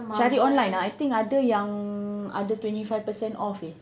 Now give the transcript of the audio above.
cari online ah I think ada yang ada twenty five per cent off eh